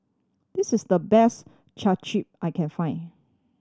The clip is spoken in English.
this is the best Japchae I can find